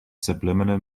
subliminal